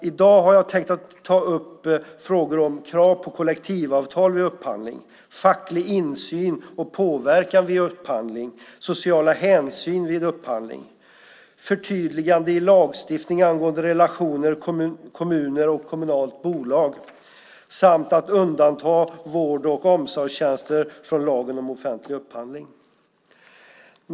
I dag har jag tänkt ta upp frågor om krav på kollektivavtal vid upphandling, facklig insyn och påverkan vid upphandling, sociala hänsyn vid upphandling, förtydligande i lagstiftningen angående relationer mellan kommuner och kommunala bolag samt att undanta vård och omsorgstjänster från lagen om offentlig upphandling.